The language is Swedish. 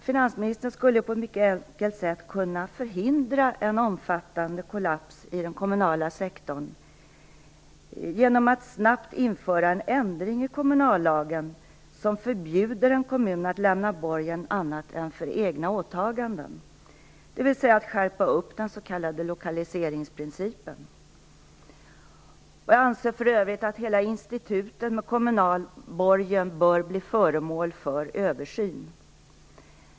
Finansministern skulle på ett mycket enkelt sätt kunna förhindra en omfattande kollaps i den kommunala sektorn genom att snabbt införa en ändring i kommunallagen som förbjuder en kommun att lämna borgen annat än för egna åtaganden, dvs. att skärpa upp den s.k. lokaliseringsprincipen. Jag anser för övrigt att hela institutet kommunal borgen bör bli föremål för översyn.